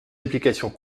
applications